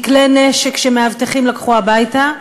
מכלי נשק שמאבטחים לקחו הביתה,